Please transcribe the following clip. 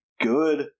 good